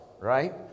right